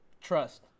trust